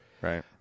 Right